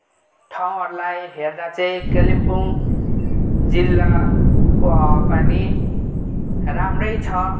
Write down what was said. ठाँउलाई हेर्दा चाहिँ कालिम्पोङ जिल्लाको हावा पानी राम्रै छ